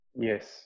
yes